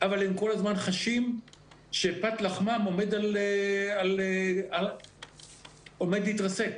אבל הם כל הזמן חשים שפת לחמם עומד להתרסק.